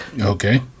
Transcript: okay